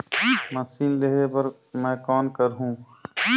Machine लेहे बर मै कौन करहूं?